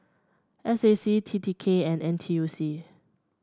S A C T T K and N T U C